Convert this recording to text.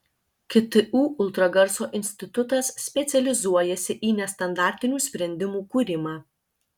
ktu ultragarso institutas specializuojasi į nestandartinių sprendimų kūrimą